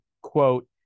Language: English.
quote